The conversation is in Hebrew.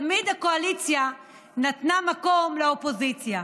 תמיד הקואליציה נתנה מקום לאופוזיציה.